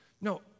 No